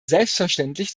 selbstverständlich